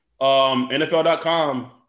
NFL.com